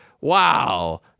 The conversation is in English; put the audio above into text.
Wow